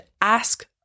ask